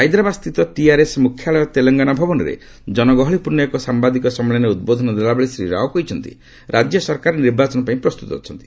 ହାଇଦ୍ରାବାଦ୍ ସ୍ଥିତ ଟିଆର୍ଏସ୍ ମୁଖ୍ୟାଳୟ ତେଲେଙ୍ଗାନା ଭବନରେ ଜନଗହଳିପୂର୍ଣ୍ଣ ଏକ ସାମ୍ବାଦିକ ସମ୍ମିଳନୀରେ ଉଦ୍ବୋଧନ ଦେଲାବେଳେ ଶ୍ରୀ ରାଓ କହିଛନ୍ତି ରାଜ୍ୟ ସରକାର ନିର୍ବାଚନ ପାଇଁ ପ୍ରସ୍ତୁତ ଅଛନ୍ତି